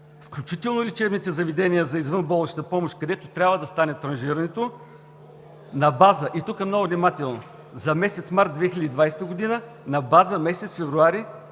включително и лечебните заведения за извънболнична помощ, където трябва да стане транжирането на база – и тук много внимателно – за месец март 2020 г. на база месец февруари